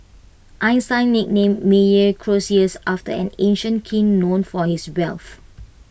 Einstein nicknamed Meyer Croesus after an ancient king known for his wealth